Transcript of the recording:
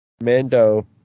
Mando